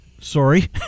Sorry